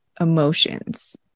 emotions